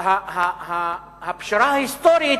הפשרה ההיסטורית